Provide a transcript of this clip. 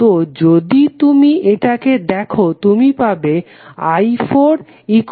তো যদি তুমি এটাকে দেখো তুমি পাবে i4 I0